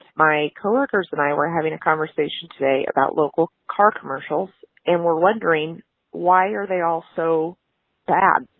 my co-workers and i were having a conversation today about local car commercials and were wondering why are they all so bad?